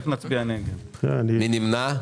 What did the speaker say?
מי נמנע?